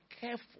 Careful